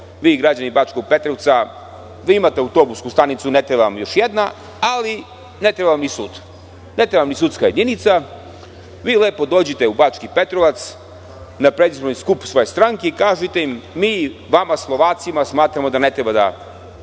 vi građani Bačkog Petrovca, vi imate autobusku stanicu ne treba vam još jedna, ali ne treba vam ni sud. Ne treba vam sudska jedinica. Vi lepo dođite u Bački Petrovac, na predizborni skup svoje stranke i kažite im – mi vama Slovacima smatramo da ne treba da